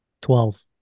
Twelve